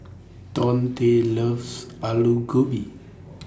Donte loves Alu Gobi